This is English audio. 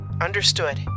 Understood